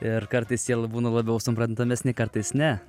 ir kartais būna labiau suprantamesni kartais ne